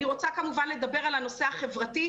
אני רוצה כמובן לדבר על הנושא החברתי,